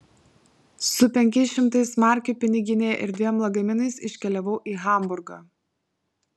su penkiais šimtais markių piniginėje ir dviem lagaminais iškeliavau į hamburgą